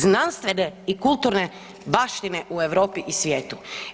Znanstvene i kulturne baštine u Europi i svijetu.